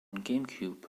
gamecube